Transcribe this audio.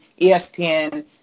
ESPN